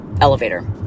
elevator